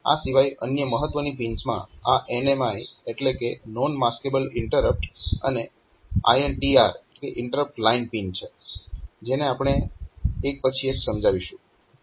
આ સિવાય અન્ય મહત્વની પિન્સમાં આ NMI એટલે કે નોન માસ્કેબલ ઇન્ટરપ્ટ અને INTR ઈન્ટરપ્ટ લાઈન પિન છે જેને આપણે એક પછી એક સમજાવીશું